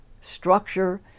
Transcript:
structure